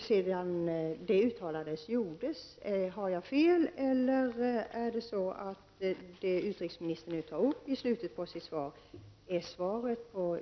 sedan detta uttalande gjordes. Har jag fel, eller utgör det som utrikesministern tar upp i slutet av sitt svar ett svar på